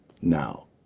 Now